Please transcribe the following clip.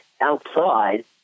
outside